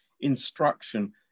instruction